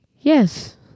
Yes